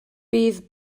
bydd